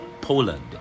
Poland